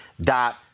dot